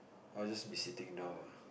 I'll just be sitting down